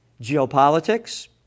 geopolitics